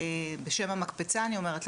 בשם המקפצה אני אומרת,